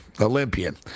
Olympian